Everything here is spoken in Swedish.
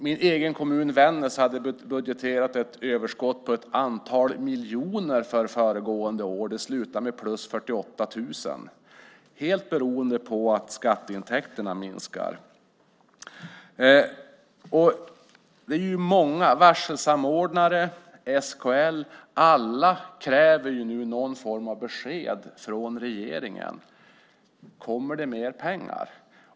Min egen hemkommun Vännäs hade budgeterat för ett överskott på ett antal miljoner för föregående år, och det slutade med ett plus på 48 000 kronor. Detta var helt beroende på att skatteintäkterna minskat. Det är ju många, till exempel varselsamordnare och SKL, som nu kräver någon form av besked från regeringen. Kommer det mer pengar?